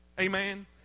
Amen